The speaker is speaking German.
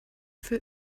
für